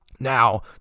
Now